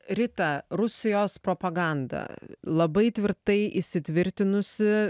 rita rusijos propaganda labai tvirtai įsitvirtinusi